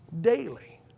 daily